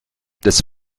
des